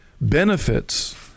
benefits